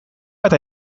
eta